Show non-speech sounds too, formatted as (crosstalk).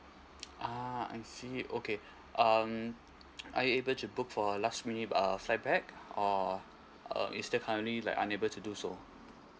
ah I see okay (breath) um are you able to book for a last minute uh flight back (breath) or uh instead currently like unable to do so